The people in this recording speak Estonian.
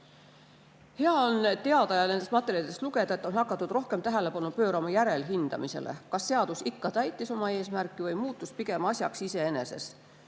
on teada ja nendest materjalidest lugeda, et on hakatud rohkem tähelepanu pöörama järelhindamisele: kas seadus ikka täitis oma eesmärki või muutus pigem asjaks iseeneses?